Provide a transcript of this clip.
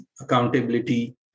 accountability